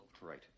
Right